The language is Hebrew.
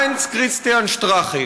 היינץ-כריסטיאן שטראכה,